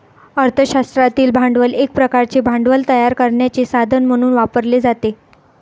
अर्थ शास्त्रातील भांडवल एक प्रकारचे भांडवल तयार करण्याचे साधन म्हणून वापरले जाते